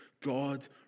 God